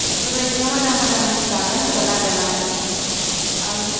बेफोरबायदिनो मोजां मोजां जाग्रा होगोन आरोना आं